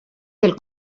del